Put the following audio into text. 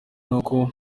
nuko